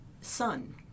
sun